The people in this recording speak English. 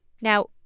Now